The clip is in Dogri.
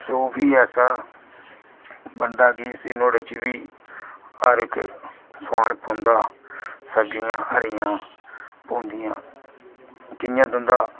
सूप ई ऐसा बनदा कि नुहाड़े च बी हर इक समान पौंदा सब्जियां हरियां पौंदियां जि'यां तुं'दा